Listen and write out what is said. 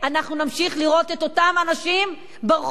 אנחנו נמשיך לראות את אותם אנשים ברחובות,